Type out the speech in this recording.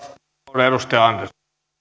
arvoisa